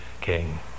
king